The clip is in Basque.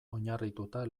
oinarrituta